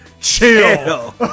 Chill